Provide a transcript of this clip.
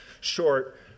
short